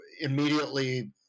immediately